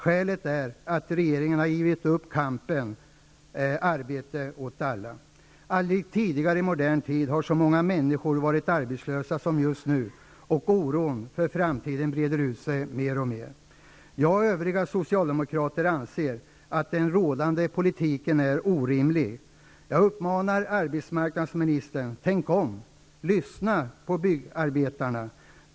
Skälet är att regeringen har givit upp kampen för arbete åt alla. Aldrig tidigare i modern tid har så många människor varit arbetslösa som just nu. Oron för framtiden breder ut sig mer och mer. Jag och övriga socialdemokrater anser att den politik som förs nu är orimlig. Jag uppmanar arbetsmarknadsministern: Tänk om! Lyssna på byggarbetarna!